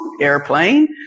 airplane